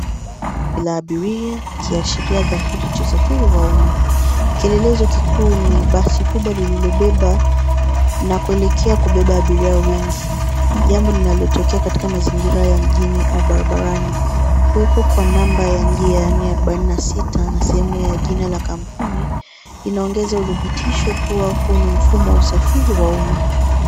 Basi la abiria ikiashiria dhahiri cha usafiri wa umma. Kilelezo kikuu ni basi kubwa lililobeba na kuelekea kubeba abiria wengi, jambo linalotokea katika mazingira ya mjini au barabarani. Kuwepo kwa namba ya njia ni arubaini na sita na sehemu ya jina ya kampuni inaongeza uthibitisho kuwa huu ni mfumo wa usafiri wa umma.